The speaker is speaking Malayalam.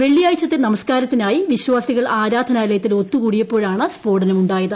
വെള്ളിയാഴ്ചത്തെ നമസ്കാരത്തിനായി വിശ്വാസികൾ ആരാധനാലയത്തിൽ ഒത്തുകൂടിയപ്പോഴാണ് സ്ഫോടനമുണ്ടായത്